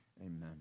Amen